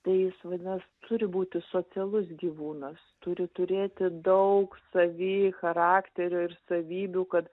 tai jis vadinas turi būti socialus gyvūnas turi turėti daug savy charakterio ir savybių kad